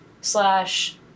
slash